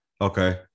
Okay